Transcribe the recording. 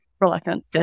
Reluctant